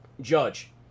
Judge